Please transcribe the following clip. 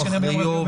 כן.